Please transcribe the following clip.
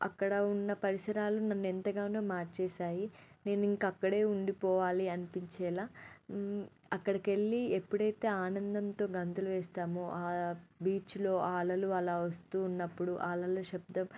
అక్కడ ఉన్న పరిసరాలు నన్నెంతగానో మార్చేసాయి నేనింక అక్కడే ఉండిపోవాలి అనిపించేలా అక్కడికెళ్ళి ఎప్పుడైతే ఆనందంతో గంతులు వేస్తామో ఆ బీచ్లో ఆ అలలు అలా వస్తూ ఉన్నప్పుడు ఆ అలల శబ్దం